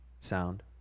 sound